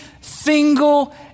single